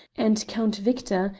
and count victor,